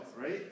right